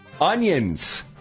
Onions